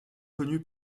connu